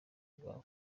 rwa